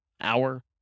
hour